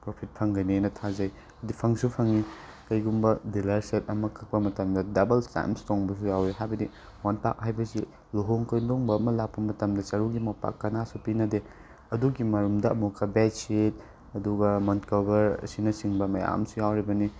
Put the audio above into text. profit ꯐꯪꯒꯅꯤꯅ ꯊꯥꯖꯩ ꯑꯗꯩ ꯐꯪꯁꯨ ꯐꯪꯏ ꯀꯩꯒꯨꯝꯕ ꯗꯤꯂꯔ ꯁꯦꯠ ꯑꯃ ꯀꯛꯄ ꯃꯇꯝꯗ ꯗꯥꯕꯜ ꯇꯥꯏꯝꯁ ꯇꯣꯡꯕꯁꯨ ꯌꯥꯎꯋꯦ ꯍꯥꯏꯕꯗꯤ ꯍꯥꯏꯕꯁꯤ ꯂꯨꯍꯣꯡ ꯈꯣꯡꯗꯣꯡꯕ ꯑꯃ ꯂꯥꯛꯄ ꯃꯇꯝꯗ ꯆꯔꯨꯒꯤ ꯃꯣꯝꯄꯥꯛ ꯀꯥꯟꯅꯁꯨ ꯄꯤꯅꯥꯗꯦ ꯑꯗꯨꯒꯤ ꯃꯔꯨꯝꯗ ꯑꯃꯨꯛꯀ ꯕꯦꯗꯁꯤꯠ ꯑꯗꯨꯒ ꯃꯣꯟ ꯀꯣꯕꯔ ꯑꯁꯤꯅꯆꯤꯡꯕ ꯃꯌꯥꯝ ꯑꯃꯁꯨ ꯌꯥꯎꯔꯤꯕꯅꯤ